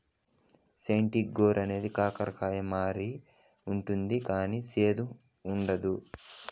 spiny gourd అనేది కాకర కాయ మాదిరి ఉంటది కానీ సేదు ఉండదు